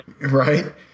right